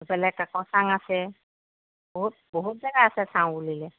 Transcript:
ইফালে কাকচাঙ আছে বহুত বহুত জেগা আছে চাওঁ বুলিলে